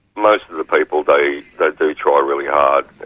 most of the people they do try really hard